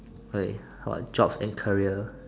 okay jobs and career